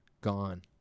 gone